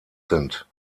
sind